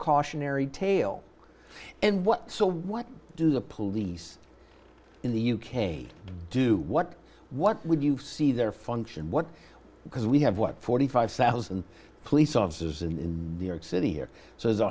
cautionary tale and what so what do the police in the u k do what what would you see their function what because we have what forty five thousand dollars police officers in the york city here so there's a